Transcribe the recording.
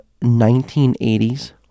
1980s